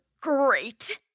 great